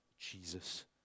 Jesus